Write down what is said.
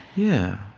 yeah.